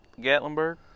gatlinburg